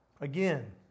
Again